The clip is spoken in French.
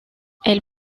elle